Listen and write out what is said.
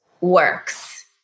works